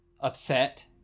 upset